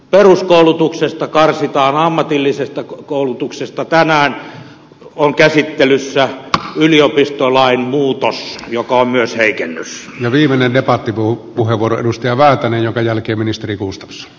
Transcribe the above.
peruskoulutuksesta karsitaan ammatillisesta koulutuksesta tänään on käsittelyssä yliopistolain muutos joka on myös heikennys viimeinen ja partituu puheenvuoron ystävältäni jonka jälkiministerius